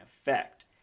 effect